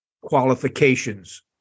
qualifications